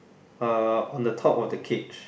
uh on the top of the cage